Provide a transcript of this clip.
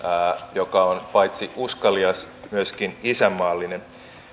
joka on paitsi uskalias myöskin isänmaallinen